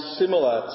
similar